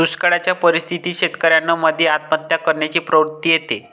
दुष्काळयाच्या परिस्थितीत शेतकऱ्यान मध्ये आत्महत्या करण्याची प्रवृत्ति येते